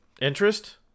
interest